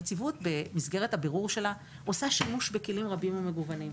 הנציבות במסגרת הבירור שלה עושה שימוש בכלים רבים ומגוונים.